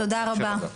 תודה רבה.